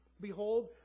Behold